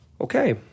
Okay